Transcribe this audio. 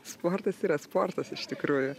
sportas yra sportas iš tikrųjų